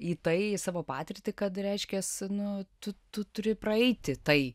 į tai į savo patirtį kad reiškias nu tu tu turi praeiti tai